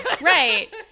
Right